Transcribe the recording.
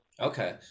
Okay